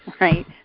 right